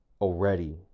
already